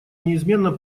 неизменно